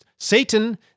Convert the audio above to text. Satan